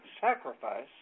sacrifice